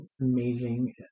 amazing